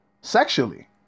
sexually